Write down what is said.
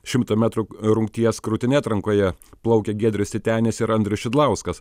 šimto metrų rungties krūtine atrankoje plaukė giedrius sitenis ir andrius šidlauskas